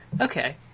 Okay